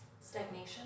Stagnation